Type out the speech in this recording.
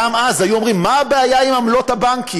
גם אז היו אומרים: מה הבעיה עם עמלות הבנקים?